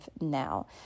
now